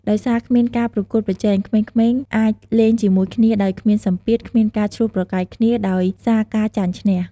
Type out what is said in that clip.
ដោយសារគ្មានការប្រកួតប្រជែង ក្មេងៗអាចលេងជាមួយគ្នាដោយគ្មានសម្ពាធ គ្មានការឈ្លោះប្រកែកគ្នា ដោយសារការចាញ់ឈ្នះ។